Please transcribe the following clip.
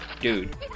dude